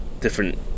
different